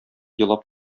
елап